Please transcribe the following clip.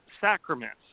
sacraments